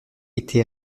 été